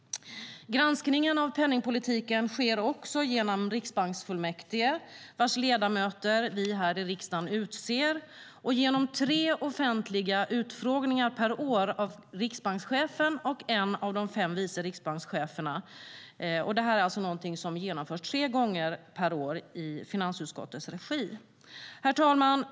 Granskningen av penningpolitiken sker också genom riksbanksfullmäktige, vars ledamöter vi här i riksdagen utser, och genom de tre offentliga utfrågningar per år av riksbankschefen och en av de fem vice riksbankscheferna. Det genomförs tre gånger per år i finansutskottets regi. Herr talman!